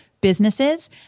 businesses